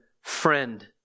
friend